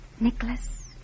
Nicholas